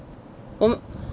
oh